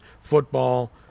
football